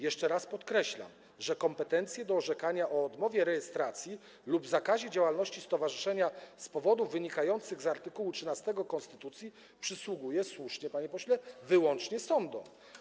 Jeszcze raz podkreślam, że kompetencje do orzekania o odmowie rejestracji lub zakazie działalności stowarzyszenia z powodów wynikających z art. 13 konstytucji przysługują - słusznie, panie pośle - wyłącznie sądom.